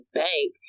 bank